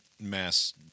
mass